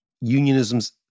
unionism's